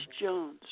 Jones